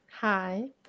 Hi